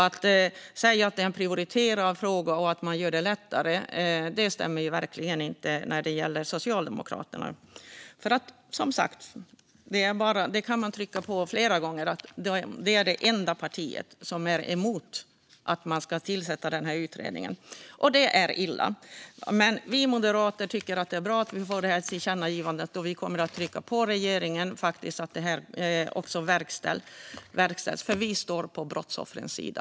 Att detta är en prioriterad fråga och att man vill göra det lättare stämmer verkligen inte när det gäller Socialdemokraterna. Som sagt - detta kan man trycka på flera gånger - är Socialdemokraterna det enda parti som är emot att man ska tillsätta den här utredningen. Det är illa att de är emot det. Men vi moderater tycker att det är bra att vi får det här tillkännagivandet. Vi kommer att trycka på regeringen för att detta också ska verkställas, för vi står på brottsoffrens sida.